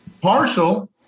Partial